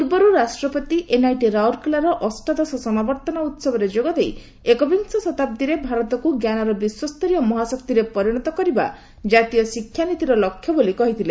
ପୂର୍ବରୁ ରାଷ୍ଟ୍ରପତି ଏନ୍ଆଇଟି ରାଉରକେଲାର ଅକ୍ଟାଦଶ ସମାବର୍ତ୍ତନ ଉତ୍ସବରେ ଯୋଗଦେଇ ଏକବିଂଶ ଶତାବ୍ଦୀରେ ଭାରତକୁ ଜ୍ଞାନର ବିଶ୍ୱସରୀୟ ମହାଶକ୍ତିରେ ପରିଣତ କରିବା କ୍ରାତୀୟ ଶିକ୍ଷାନୀତିର ଲକ୍ଷ୍ୟ ବୋଲି କହିଥିଲେ